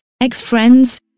ex-friends